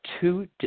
two